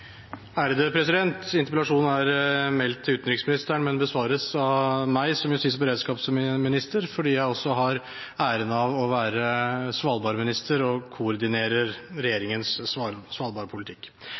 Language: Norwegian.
definitivt ute. Interpellasjonen er meldt til utenriksministeren, men besvares av meg som justis- og beredskapsminister fordi jeg også har æren av å være svalbardminister og koordinerer regjeringens